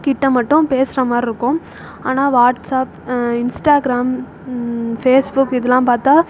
கிட்டே மட்டும் பேசுகிற மாதிரி இருக்கும் ஆனால் வாட்ஸாப் இன்ஸ்டாகிராம் ஃபேஸ்புக் இதெலாம் பார்த்தா